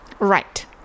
Right